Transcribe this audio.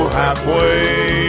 halfway